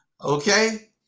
Okay